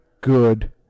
good